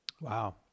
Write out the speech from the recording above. Wow